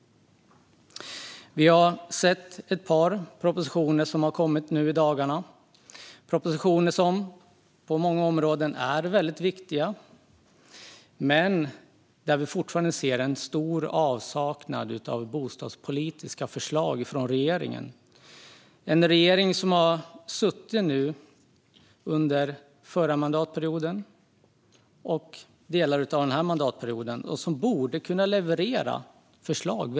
Vi har sett ett par propositioner som har kommit nu i dagarna. Det är propositioner som på många områden är väldigt viktiga, men vi ser fortfarande en stor avsaknad av bostadspolitiska förslag från regeringen. Det är en regering som har suttit under den förra mandatperioden och delar av denna mandatperiod och som vid det här laget borde kunna leverera förslag.